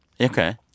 Okay